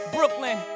Brooklyn